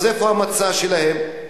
אז איפה המצע שלהם?